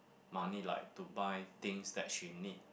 money like to buy things that she need